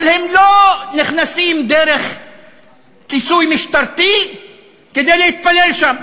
אבל הם לא נכנסים דרך כיסוי משטרתי כדי להתפלל שם